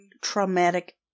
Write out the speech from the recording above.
traumatic